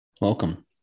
Welcome